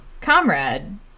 comrade